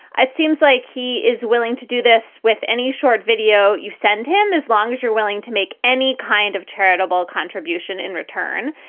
ah it seems like he is willing to do this with any short video you send him as long as you're willing to make any kind of charitable contribution in return.